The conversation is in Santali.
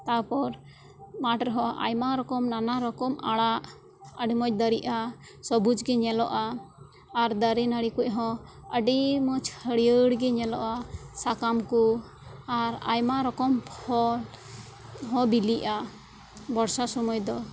ᱛᱟ ᱯᱚᱨ ᱢᱟᱴᱷ ᱨᱮᱦᱚᱸ ᱟᱭᱢᱟ ᱨᱚᱠᱚᱢ ᱱᱟᱱᱟ ᱨᱚᱠᱚᱢ ᱟᱲᱟᱜ ᱟᱹᱰᱤ ᱢᱚᱡᱽ ᱫᱟᱨᱮᱜᱼᱟ ᱥᱚᱵᱩᱡᱽ ᱜᱮ ᱧᱮᱞᱚᱜᱼᱟ ᱟᱨ ᱫᱟᱨᱮ ᱱᱟᱲᱤ ᱠᱚᱦᱚᱸ ᱟᱹᱰᱤ ᱢᱚᱡᱽ ᱦᱟᱹᱨᱭᱟᱹᱲ ᱜᱮ ᱧᱮᱞᱚᱜᱼᱟ ᱥᱟᱠᱟᱢ ᱠᱚ ᱟᱨ ᱟᱭᱢᱟ ᱨᱚᱠᱚᱢ ᱯᱷᱚᱞ ᱦᱚᱸ ᱵᱤᱞᱤᱜᱼᱟ ᱵᱚᱨᱥᱟ ᱥᱩᱢᱟᱹᱭ ᱫᱚ